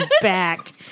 back